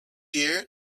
year